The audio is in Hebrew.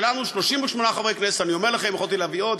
38 חברי כנסת, ואני אומר לכם, יכולתי להביא עוד.